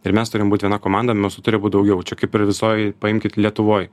ir mes turim būt viena komanda mūsų turi būt daugiau čia kaip ir visoj paimkit lietuvoj